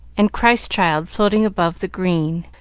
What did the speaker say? and christ-child floating above the green.